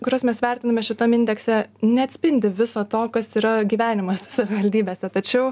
kuriuos mes vertiname šitam indekse neatspindi viso to kas yra gyvenimas savivaldybėse tačiau